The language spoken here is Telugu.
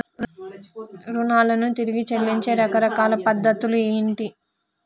రుణాలను తిరిగి చెల్లించే రకరకాల పద్ధతులు ఏంటి?